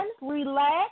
relax